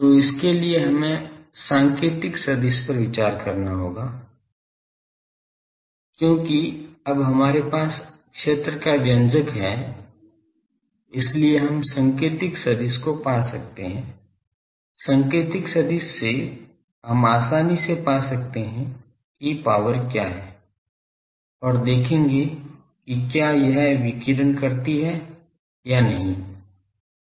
तो इसके लिए हमें संकेतिक सदिश पर विचार करना होगा क्योंकि अब हमारे पास क्षेत्र का व्यंजक है इसलिए हम संकेतिक सदिश को पा सकते हैं संकेतिक सदिश से हम आसानी से पा सकते हैं कि पॉवर क्या है और देखेंगे कि क्या यह विकिरण करती है या नहीं